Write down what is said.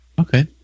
Okay